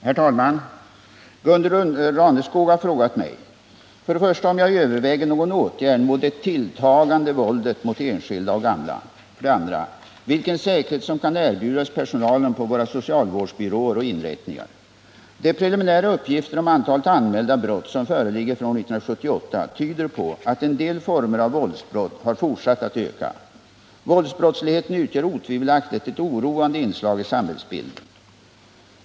Herr talman! Gunde Raneskog har frågat mig 1. om jag överväger någon åtgärd mot det tilltagande våldet mot enskilda och gamla, 2. vilken säkerhet som kan erbjudas personalen på våra socialvårdsbyråer och inrättningar. De preliminära uppgifter om antalet anmälda brott som föreligger för år 1978 tyder på att en del former av våldsbrott har fortsatt att öka. Våldsbrottsligheten utgör otvivelaktigt ett oroande inslag i samhällsbilden.